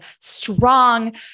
strong